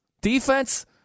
defense